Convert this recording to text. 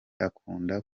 akunda